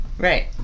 right